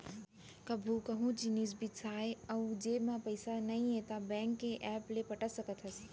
कभू कहूँ कुछु जिनिस बिसाए अउ जेब म पइसा नइये त बेंक के ऐप ले पटा सकत हस